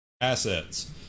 assets